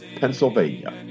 Pennsylvania